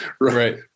right